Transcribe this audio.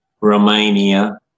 Romania